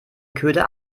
köder